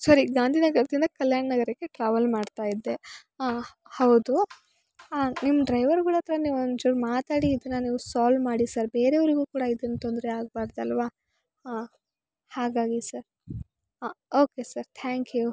ಸರಿ ಗಾಂಧಿ ನಗರದಿಂದ ಕಲ್ಯಾಣ ನಗರಕ್ಕೆ ಟ್ರಾವೆಲ್ ಮಾಡ್ತಾಯಿದ್ದೆ ಹೌದು ನಿಮ್ಮ ಡ್ರೈವರ್ಗಳಹತ್ರ ನೀವು ಒಂಚೂರು ಮಾತಾಡಿ ಇದನ್ನ ನೀವು ಸಾಲ್ ಮಾಡಿ ಸರ್ ಬೇರೆಯವರಿಗು ಕೂಡ ಇದ್ರಿಂದ ತೊಂದರೆ ಆಗಬಾರ್ದಲ್ವ ಹಾಗಾಗಿ ಸರ್ ಹಾಂ ಓಕೆ ಸರ್ ಥ್ಯಾಂಕ್ ಯು